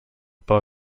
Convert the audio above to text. pel